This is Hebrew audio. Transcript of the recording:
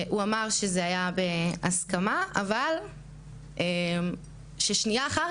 הוא אמר שזה היה בהסכמה אבל ששנייה אחר